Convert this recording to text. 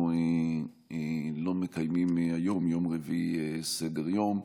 אנחנו לא מקיימים היום, יום רביעי, סדר-יום,